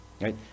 right